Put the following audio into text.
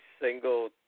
single